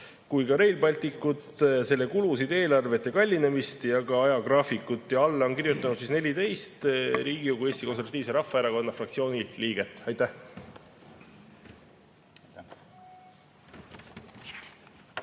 kui ka Rail Balticut – selle kulusid, eelarvete kallinemist ja ka ajagraafikut. Alla on kirjutanud 14 Riigikogu Eesti Konservatiivse Rahvaerakonna fraktsiooni liiget. Aitäh!